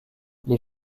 les